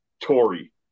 Tory